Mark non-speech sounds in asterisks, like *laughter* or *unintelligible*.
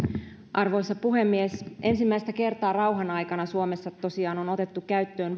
arvoisa puhemies ensimmäistä kertaa rauhanaikana suomessa tosiaan on on otettu käyttöön *unintelligible*